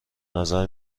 نظر